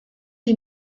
die